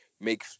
make